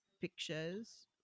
pictures